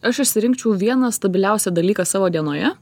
aš išsirinkčiau vieną stabiliausią dalyką savo dienoje